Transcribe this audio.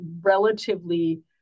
relatively